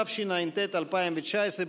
התשע"ט 2019,